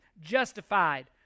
Justified